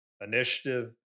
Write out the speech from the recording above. initiative